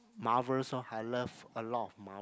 Marvels orh I love a lot of Marvel